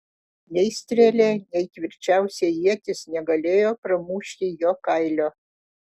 nei strėlė nei tvirčiausia ietis negalėjo pramušti jo kailio